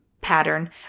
pattern